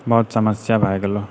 बहुत समस्या भए गेलो